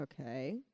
Okay